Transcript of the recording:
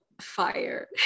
fire